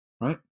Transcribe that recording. right